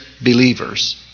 believers